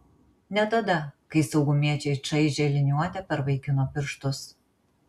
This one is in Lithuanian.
ne tada kai saugumiečiai čaižė liniuote per vaikino pirštus